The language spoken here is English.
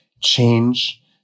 change